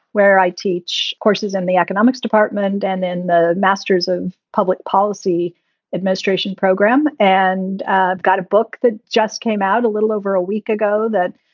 where i teach courses in the economics department and and then the master's of public policy administration program. and i've got a book that just came out a little over a week ago, that,